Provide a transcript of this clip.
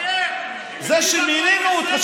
זה שמינינו אותך,